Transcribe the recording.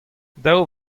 daou